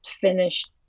finished